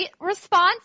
response